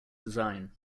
design